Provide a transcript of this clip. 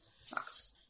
Sucks